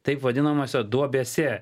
taip vadinamose duobėse